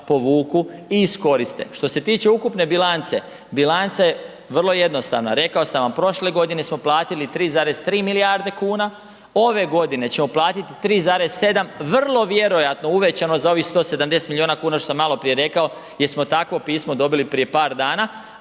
povuku i iskoriste. Što se tiče ukupne bilance, bilanca je vrlo jednostavna, rekao sam vam prošle godine smo platili 3,3 milijarde kuna, ove godine ćemo platiti 3,7 vrlo vjerojatno uvećano za ovih 170 miliona kuna što sam maloprije rekao jer smo takvo pismo dobili prije par dana,